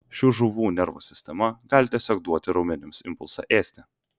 šių žuvų nervų sistema gali tiesiog duoti raumenims impulsą ėsti